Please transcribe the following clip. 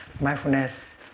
Mindfulness